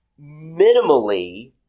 minimally